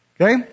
Okay